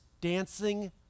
dancing